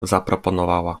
zaproponowała